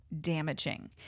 damaging